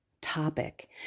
topic